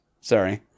Sorry